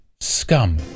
Scum